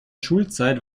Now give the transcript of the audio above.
schulzeit